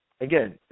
Again